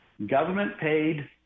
government-paid